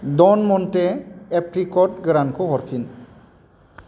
ड'न मन्टे एप्रिक'ट गोरानखौ हरफिन